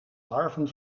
larven